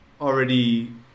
already